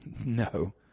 No